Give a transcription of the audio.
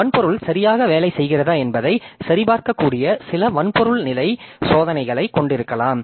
வன்பொருள் சரியாக வேலை செய்கிறதா என்பதை சரிபார்க்கக்கூடிய சில வன்பொருள் நிலை சோதனைகளை கொண்டிருக்கலாம்